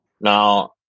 Now